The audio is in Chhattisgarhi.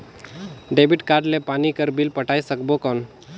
डेबिट कारड ले पानी कर बिल पटाय सकबो कौन?